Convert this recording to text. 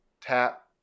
tap